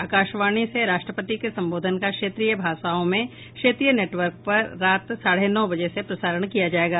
आकाशवाणी से राष्ट्रपति के संबोधन का क्षेत्रीय भाषाओं में क्षेत्रीय नेटवर्क पर रात साढ़े नौ बजे से प्रसारण किया जायेगा